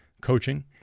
coaching